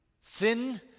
Sin